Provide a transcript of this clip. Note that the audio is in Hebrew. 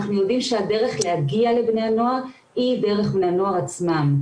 אנחנו יודעים שהדרך להגיע לבני הנוער היא דרך בני הנוער עצמם.